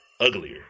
uglier